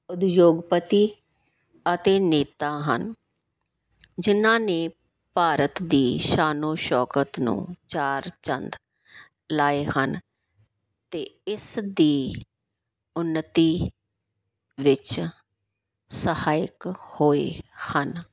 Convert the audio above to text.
ਉਦਯੋਗਪਤੀ ਅਤੇ ਨੇਤਾ ਹਨ ਜਿਨ੍ਹਾਂ ਨੇ ਭਾਰਤ ਦੀ ਸ਼ਾਨੋ ਸ਼ੌਕਤ ਨੂੰ ਚਾਰ ਚੰਦ ਲਗਾਏ ਹਨ ਅਤੇ ਇਸ ਦੀ ਉੱਨਤੀ ਵਿੱਚ ਸਹਾਇਕ ਹੋਏ ਹਨ